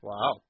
Wow